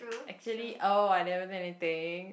actually oh I never do anything